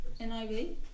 NIV